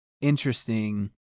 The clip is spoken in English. interesting